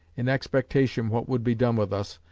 in expectation what would be done with us,